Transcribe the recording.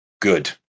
good